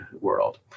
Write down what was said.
world